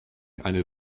eine